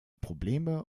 probleme